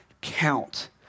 count